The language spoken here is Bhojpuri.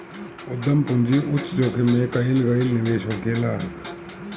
उद्यम पूंजी उच्च जोखिम में कईल गईल निवेश होखेला